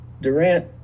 Durant